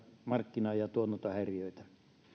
markkina ja toimintahäiriöitä